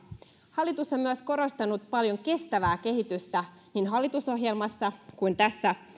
hallitus on myös korostanut paljon kestävää kehitystä niin hallitusohjelmassa kuin tässä